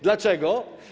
Dlaczego?